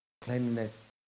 cleanliness